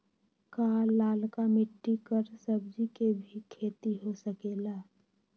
का लालका मिट्टी कर सब्जी के भी खेती हो सकेला?